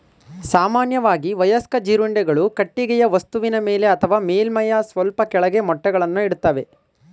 ಸಾಮಾನ್ಯವಾಗಿ ವಯಸ್ಕ ಜೀರುಂಡೆಗಳು ಕಟ್ಟಿಗೆಯ ವಸ್ತುವಿನ ಮೇಲೆ ಅಥವಾ ಮೇಲ್ಮೈಯ ಸ್ವಲ್ಪ ಕೆಳಗೆ ಮೊಟ್ಟೆಗಳನ್ನು ಇಡ್ತವೆ